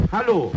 Hallo